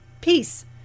Peace